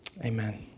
Amen